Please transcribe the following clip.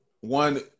One